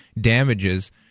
damages